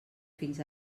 fins